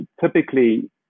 typically